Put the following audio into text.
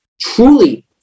truly